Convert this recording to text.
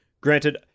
granted